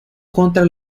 contra